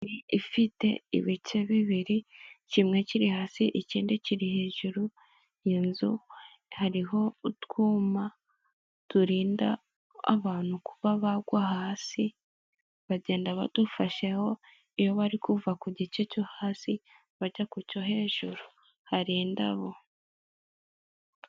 Ifite ibice bibiri, kimwe kiri hasi, ikindi kiri hejuru. Iyo nzu hariho utwuma turinda abantu kuba bagwa hasi, bagenda badufasheho, iyo bari kuva ku gice cyo hasi bajya ku cyo hejur. Hari indabo.